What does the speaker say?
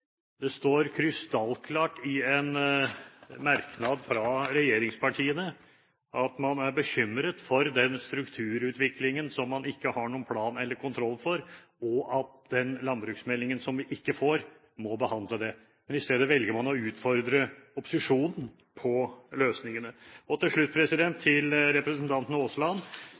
Det står krystallklart i en merknad fra regjeringspartiene at man er bekymret for den strukturutviklingen som man ikke har noen plan for eller kontroll med, og at den landbruksmeldingen som vi ikke får, må behandle det. Men i stedet velger man å utfordre opposisjonen på løsningene. Til slutt til representanten Aasland,